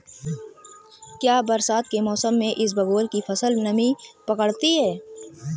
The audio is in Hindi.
क्या बरसात के मौसम में इसबगोल की फसल नमी पकड़ती है?